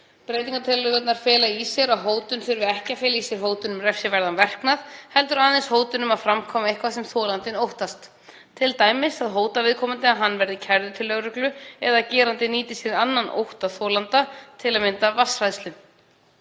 Breytingartillögurnar fela í sér að hótun þurfi ekki að fela í sér hótun um refsiverðan verknað heldur aðeins hótun um að framkvæma eitthvað sem þolandinn óttast, t.d. að hóta viðkomandi að hann verði kærður til lögreglu eða gerandi nýti sér annan ótta þolanda, til að mynda vatnshræðslu.